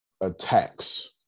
attacks